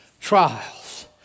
trials